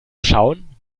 schauen